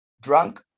drunk